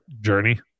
journey